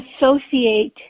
associate